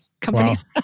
companies